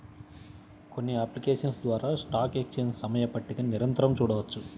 కొన్ని అప్లికేషన్స్ ద్వారా stock exchange సమయ పట్టికని నిరంతరం చూడొచ్చు